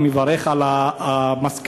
אני מברך על המסקנה.